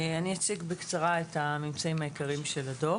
אני אציג בקצרה את הממצאים העיקריים של הדוח.